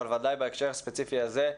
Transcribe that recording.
אבל בוודאי בהקשר הספציפי הזה,